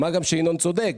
מה גם שינון צודק,